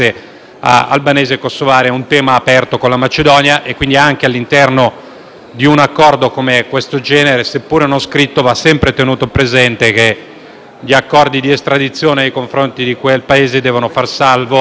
albanesi e kosovare, è un tema aperto con la Macedonia. Quindi anche all'interno di un accordo come questo, seppure non scritto, va sempre tenuto presente che gli accordi di estradizione nei confronti di quel Paese devono far salvi